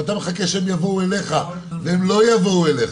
אבל אתה מחכה שהם יבואו אליך, והם לא יבואו אליך.